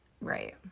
Right